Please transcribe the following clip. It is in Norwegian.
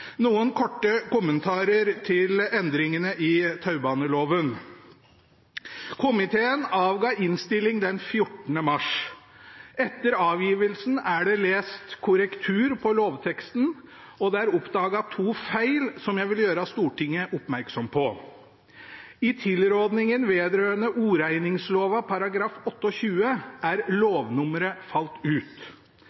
Noen korte kommentarer til endringene i taubaneloven: Komiteen avga innstilling den 14. mars. Etter avgivelsen er det lest korrektur på lovteksten, og det er oppdaget to feil, som jeg vil gjøre Stortinget oppmerksom på. I tilrådingen § 28 er lovnummeret vedrørende oreigningsloven falt ut. Videre er